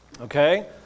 okay